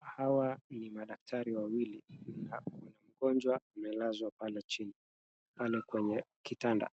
Hawa ni madaktari wawili na mgonjwa amelazwa pale chini, pale kwenye kitanda.